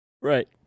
right